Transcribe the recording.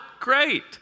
great